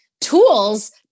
Tools